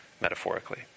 metaphorically